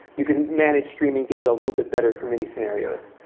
you can manage streaming data a little bit better for many scenarios.